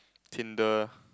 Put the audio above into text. Tinder